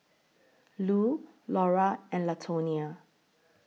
Lu Laura and Latonia